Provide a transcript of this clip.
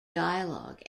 dialogue